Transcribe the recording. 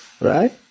Right